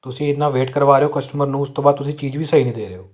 ਤੁਸੀਂ ਇੰਨਾ ਵੇਟ ਕਰਵਾ ਰਹੇ ਹੋ ਕਸਟਮਰ ਨੂੰ ਉਸ ਤੋਂ ਬਾਅਦ ਤੁਸੀਂ ਚੀਜ਼ ਵੀ ਸਹੀ ਨਹੀਂ ਦੇ ਰਹੇ ਹੋ